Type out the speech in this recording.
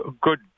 good